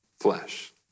flesh